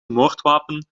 moordwapen